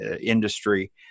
industry